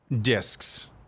discs